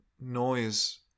noise